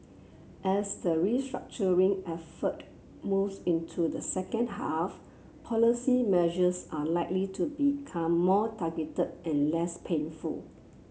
as the restructuring effort moves into the second half policy measures are likely to become more targeted and less painful